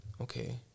okay